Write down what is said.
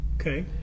Okay